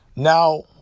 Now